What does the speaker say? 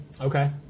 Okay